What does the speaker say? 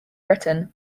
written